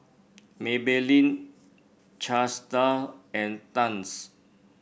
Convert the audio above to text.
Maybelline Chesdale and Tangs